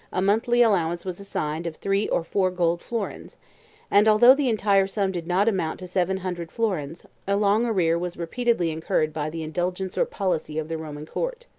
a monthly allowance was assigned of three or four gold florins and although the entire sum did not amount to seven hundred florins, a long arrear was repeatedly incurred by the indigence or policy of the roman court.